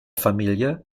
familie